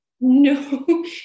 no